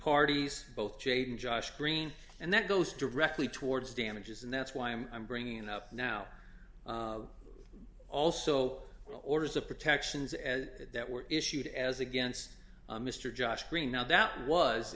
parties both jade and josh green and that goes directly towards damages and that's why i'm i'm bringing up now also orders of protections as that were issued as against mr josh green now that was